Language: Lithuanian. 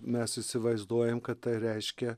mes įsivaizduojam kad tai reiškia